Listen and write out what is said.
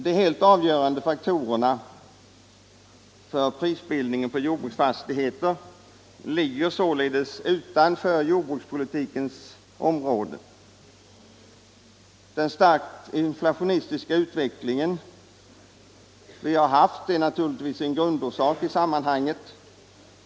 De helt avgörande faktorerna för prisbildningen på jordbruksfastigheter ligger således utanför jordbrukspolitikens område. Den starkt inflationistiska utveckling vi har haft är naturligtvis en grundorsak i sammanhanget.